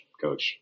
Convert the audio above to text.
coach